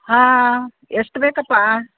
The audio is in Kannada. ಹಾಂ ಎಷ್ಟು ಬೇಕಪ್ಪಾ